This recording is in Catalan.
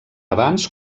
abans